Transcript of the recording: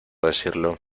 decirlo